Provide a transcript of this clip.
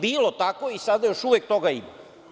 Bilo tako i sada još uvek toga ima.